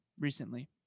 recently